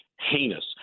heinous